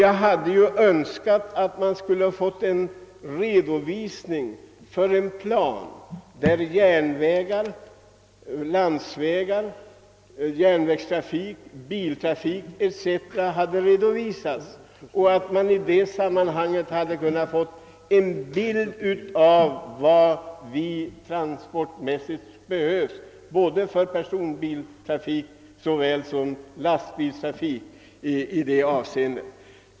Jag hade önskat att vi fått en redovisning av en plan där järnvägar, landsvägar, järnvägstrafik, biltrafik etc. hade redovisats, så att vi hade kunnat få en bild av vad vi transportmässigt behöver för såväl personbilstrafiken som lastbilstrafiken.